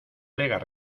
legas